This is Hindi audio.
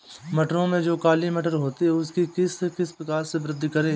मटरों में जो काली मटर होती है उसकी किस प्रकार से वृद्धि करें?